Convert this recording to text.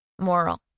Moral